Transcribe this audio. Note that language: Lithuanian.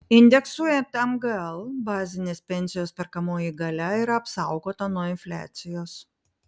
indeksuojant mgl bazinės pensijos perkamoji galia yra apsaugota nuo infliacijos